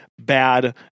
bad